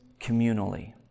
communally